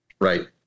Right